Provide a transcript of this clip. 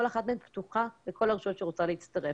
אחת מהן פתוחה לכל רשות שרוצה להצטרף.